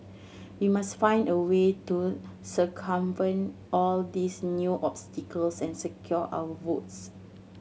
we must find a way to circumvent all these new obstacles and secure our votes